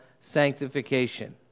sanctification